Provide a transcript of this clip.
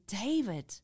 david